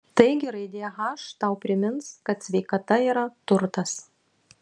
taigi raidė h tau primins kad sveikata yra turtas